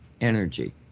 energy